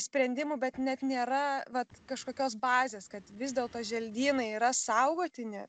sprendimų bet net nėra vat kažkokios bazės kad vis dėlto želdynai yra saugotini